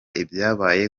ibyabaye